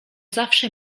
zawsze